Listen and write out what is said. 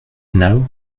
now